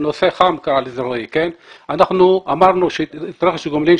אנחנו אמרנו שרכש הגומלין,